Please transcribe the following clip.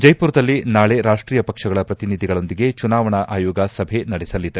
ಜ್ನೆಪುರದಲ್ಲಿ ನಾಳೆ ರಾಷ್ಷೀಯ ಪಕ್ಷಗಳ ಪ್ರತಿನಿಧಿಗಳೊಂದಿಗೆ ಚುನಾವಣಾ ಆಯೋಗ ಸಭೆ ನಡೆಸಲಿದೆ